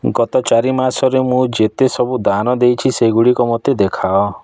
ଗତ ଚାରି ମାସରେ ମୁଁ ଯେତେସବୁ ଦାନ ଦେଇଛି ସେଗୁଡ଼ିକ ମୋତେ ଦେଖାଅ